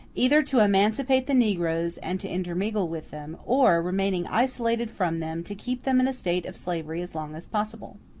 either to emancipate the negroes, and to intermingle with them or, remaining isolated from them, to keep them in a state of slavery as long as possible.